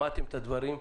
שמעתם את הדברים.